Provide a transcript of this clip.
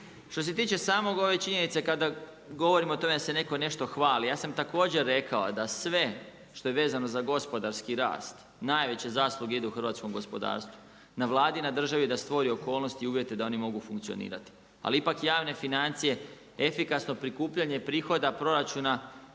Što se tiče same ove činjenice kada govorimo o tome da se neko nešto hvali, ja sam također rekao da sve što je vezano za gospodarski rast, najveće zasluge idu hrvatskom gospodarstvu. Na Vladi i na državi je da stvori okolnosti i uvjete da oni mogu funkcionirati, ali ipak javne financije efikasno prikupljanje prihoda proračuna